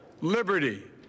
liberty